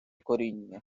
коріння